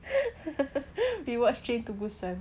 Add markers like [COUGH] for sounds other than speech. [LAUGHS] we watched train to busan